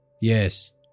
Yes